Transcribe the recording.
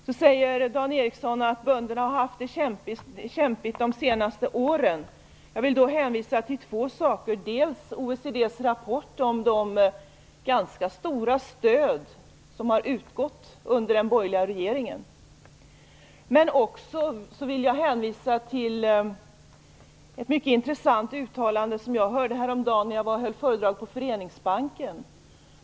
Dan Ericsson säger att bönderna har haft det kämpigt de senaste åren. Jag vill hänvisa till dels OECD:s rapport om de ganska stora stöd som har utgått under den borgerliga regeringens tid, dels ett mycket intressant uttalande som jag hörde häromdagen när jag höll föredrag på Föreningsbanken.